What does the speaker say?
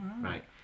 Right